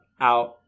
out